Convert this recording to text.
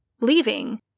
leaving